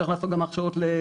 צריך לעשות גם הכשות למונשמים,